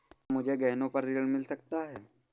क्या मुझे गहनों पर ऋण मिल सकता है?